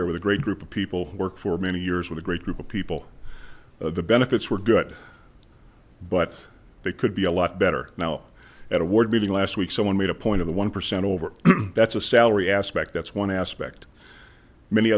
here with a great group of people who worked for many years with a great group of people the benefits were good but they could be a lot better now at a board meeting last week someone made a point of the one percent over that's a salary aspect that's one aspect many